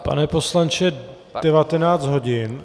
Pane poslanče, 19 hodin.